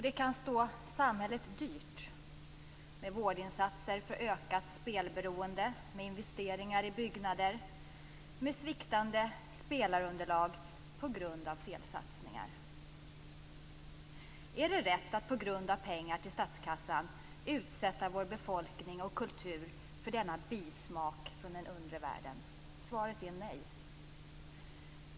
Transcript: Det kan stå samhället dyrt med vårdinsatser för ökat spelberoende, med investeringar i byggnader, med sviktande spelarunderlag på grund av felsatsningar. Är det rätt att på grund av behov av att få in pengar till statskassan utsätta vår befolkning och kultur för denna bismak från den undre världen? Svaret är nej.